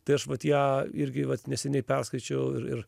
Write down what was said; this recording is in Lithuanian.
tai aš vat ją irgi vat neseniai perskaičiau ir ir